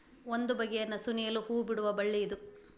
ಒಂದು ಬಗೆಯ ನಸು ನೇಲು ಹೂ ಬಿಡುವ ಬಳ್ಳಿ ಇದು